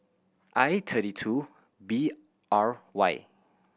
I thirty two B R Y